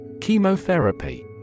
Chemotherapy